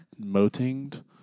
motinged